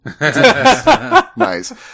Nice